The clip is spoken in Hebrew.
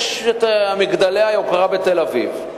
יש מגדלי היוקרה בתל-אביב,